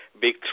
big